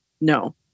no